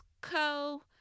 Co